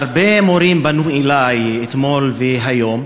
הרבה מורים פנו אלי אתמול והיום,